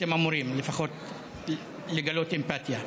אתם אמורים לפחות לגלות אמפתיה.